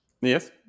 Yes